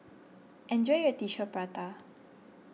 enjoy your Tissue Prata